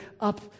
up